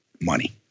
money